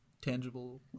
tangible